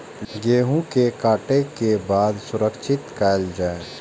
गेहूँ के काटे के बाद सुरक्षित कायल जाय?